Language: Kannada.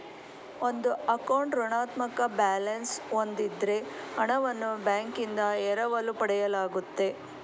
ಒಂದು ಅಕೌಂಟ್ ಋಣಾತ್ಮಕ ಬ್ಯಾಲೆನ್ಸ್ ಹೂಂದಿದ್ದ್ರೆ ಹಣವನ್ನು ಬ್ಯಾಂಕ್ನಿಂದ ಎರವಲು ಪಡೆಯಲಾಗುತ್ತೆ